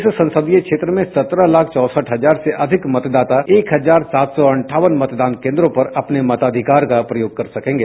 इस संसदीय क्षेत्र में सत्रह लाख चौंसठ हजार से अधिक मतदाता एक हजार सात सौ अंठावन मतदान केन्द्रों पर अपने मताधिकार का प्रयोग कर सकेंगे